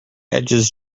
edges